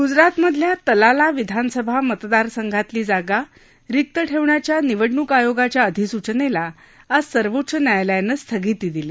गुजरातमधल्या तलाला विधानसभा मतदारसंघातली जागा रिक्त ठक्षियाच्या निवडणूक आयोगाच्या अधिसूचनक्ती आज सर्वोच्च न्यायालयानं स्थगिती दिली